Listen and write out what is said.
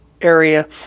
area